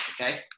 okay